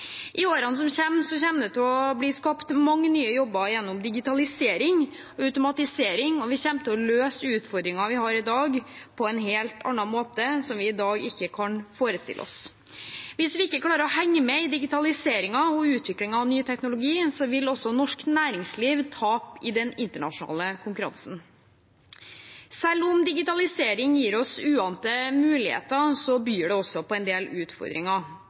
I årene som kommer, kommer det til å bli skapt mange nye jobber gjennom digitalisering og automatisering, og vi kommer til å møte utfordringer vi har i dag, på en helt annen måte, som vi i dag ikke kan forestille oss. Hvis vi ikke klarer å henge med i digitaliseringen og utviklingen av ny teknologi, vil også norsk næringsliv tape i den internasjonale konkurransen. Selv om digitalisering gir oss uante muligheter, byr det også på en del utfordringer,